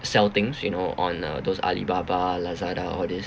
sell things you know on uh those Alibaba Lazada all these